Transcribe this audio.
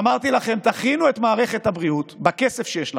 ואמרתי לכם: תכינו את מערכת הבריאות בכסף שיש לכם,